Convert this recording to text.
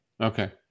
Okay